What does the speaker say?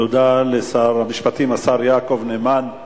תודה לשר המשפטים, השר יעקב נאמן.